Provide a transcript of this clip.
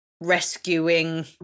rescuing